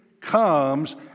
comes